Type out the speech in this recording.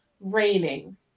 raining